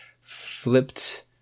flipped